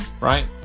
right